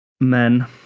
men